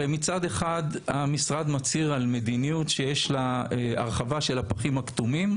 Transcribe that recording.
הרי מצד אחד המשרד מצהיר על מדיניות שיש לה הרחבה של הפחים הכתומים,